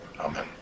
amen